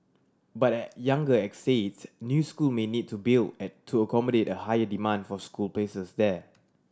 but at younger estates new school may need to built at to accommodate a higher demand for school places there